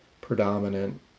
predominant